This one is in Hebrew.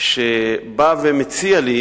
שבא ומציע לי,